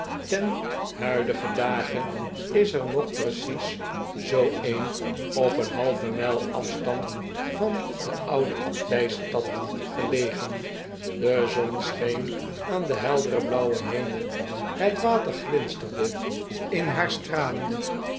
ten huidigen dage is er nog precies zoo een op een halve mijl afstand van de oude abdijstad gelegen de zon scheen aan den helderen blauwen hemel het water glinsterde in haar stralen